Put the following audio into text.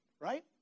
Right